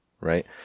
right